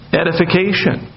edification